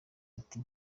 ati